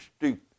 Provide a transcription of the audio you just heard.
stupid